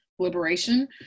Liberation